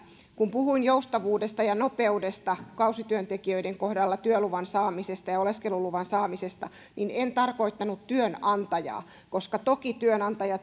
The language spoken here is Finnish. kun puhuin joustavuudesta ja nopeudesta kausityöntekijöiden kohdalla työluvan saamisesta ja oleskeluluvan saamisesta niin en tarkoittanut työnantajaa koska toki työnantaja